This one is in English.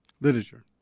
literature